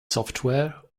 software